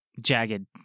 Jagged